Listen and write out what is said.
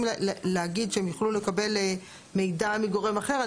להגיד שהם יוכלו לקבל מידע מגורם אחר.